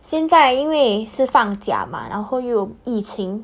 现在因为是放假嘛然后又有疫情